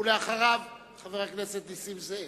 אחריו, חבר הכנסת נסים זאב,